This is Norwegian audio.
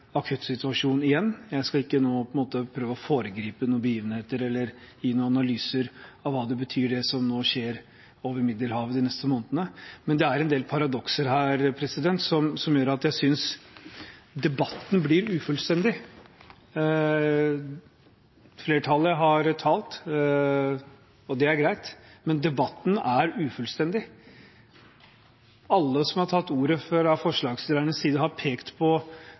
igjen – jeg skal ikke prøve å foregripe noen begivenheter eller gi noen analyser av hva det betyr, det som nå skjer på Middelhavet de neste månedene, men det er en del paradokser her som gjør at jeg synes debatten blir ufullstendig. Flertallet har talt, og det er greit, men debatten er ufullstendig. Alle som har hatt ordet fra forslagsstillernes side, har pekt på